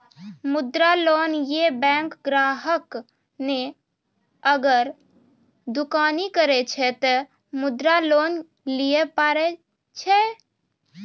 मुद्रा लोन ये बैंक ग्राहक ने अगर दुकानी करे छै ते मुद्रा लोन लिए पारे छेयै?